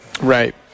Right